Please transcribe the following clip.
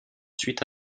ensuite